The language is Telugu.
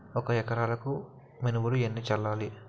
ఒక ఎకరాలకు మినువులు ఎన్ని చల్లాలి?